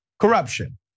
corruption